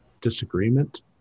disagreement